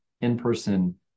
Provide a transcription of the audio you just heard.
in-person